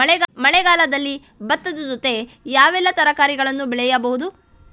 ಮಳೆಗಾಲದಲ್ಲಿ ಭತ್ತದ ಜೊತೆ ಯಾವೆಲ್ಲಾ ತರಕಾರಿಗಳನ್ನು ಬೆಳೆಯಬಹುದು?